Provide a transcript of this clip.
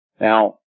Now